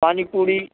पानी पूरी